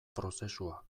prozesua